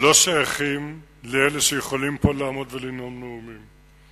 לא שייכים לאלה שיכולים לעמוד פה ולנאום נאומים.